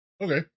Okay